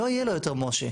לא יהיה לו יותר משה.